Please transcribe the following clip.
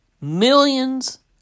millions